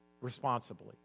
responsibly